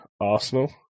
Arsenal